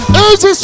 Easy